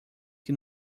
que